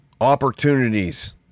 opportunities